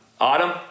Autumn